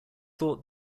thought